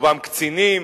רובם קצינים,